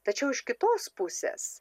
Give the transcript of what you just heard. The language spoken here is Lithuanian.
tačiau iš kitos pusės